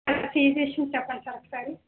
ఆ fees issue చెప్పండి sir ఒక సారి